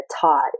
taught